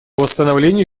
восстановлению